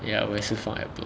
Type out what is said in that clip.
ya 我也是放 ad block